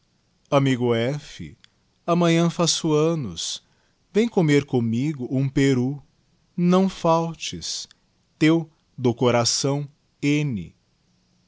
amigo f amanhã façoannos vem comer commigo um peni não faltes teu do coração iv